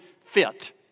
fit